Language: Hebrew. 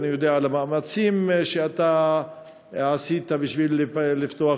ואני יודע על המאמצים שעשית בשביל לפתוח